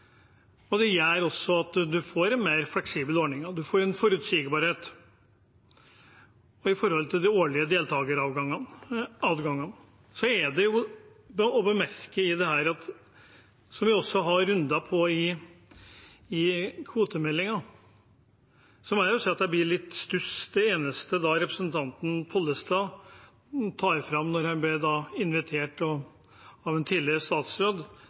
gjør også at man får en mer fleksibel ordning. Man får en forutsigbarhet for de årlige deltakeradgangene. Så er det å bemerke til dette, som vi også hadde noen runder på i forbindelse med kvotemeldingen – jeg blir litt i stuss når det eneste representanten Pollestad tar fram når han blir invitert av en tidligere statsråd,